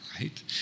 right